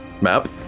map